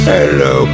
Hello